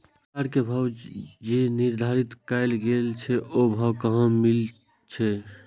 सरकार के भाव जे निर्धारित कायल गेल छै ओ भाव कहाँ मिले छै?